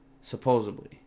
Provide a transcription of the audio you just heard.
Supposedly